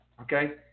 Okay